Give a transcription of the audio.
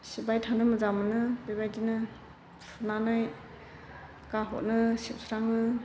सिबबाय थानो मोजां मोनो बेबायदिनो फुनानै गाहरो सिबस्राङो